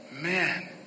man